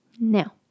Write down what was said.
Now